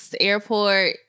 airport